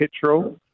petrol